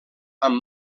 amb